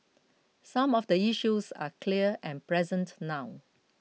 some of the issues are clear and present now